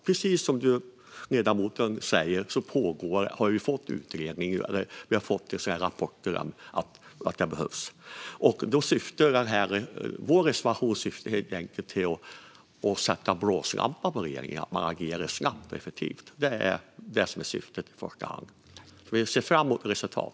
Precis som ledamoten säger har vi också fått rapporter om att detta behövs. Vår reservation syftar helt enkelt till att sätta blåslampa på regeringen så att man agerar snabbt och effektivt. Det är syftet i första hand. Vi ser fram emot resultat.